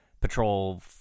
patrol